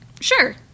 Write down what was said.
Sure